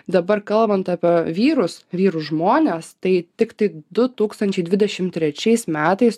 dabar kalbant apie vyrus vyrus žmones tai tiktai du tūkstančiai dvidešimt trečiais metais